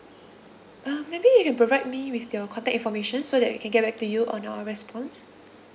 uh maybe you can provide me with your contact information so that we can get back to you on our response